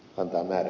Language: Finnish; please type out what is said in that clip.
onko he